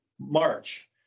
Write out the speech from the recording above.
March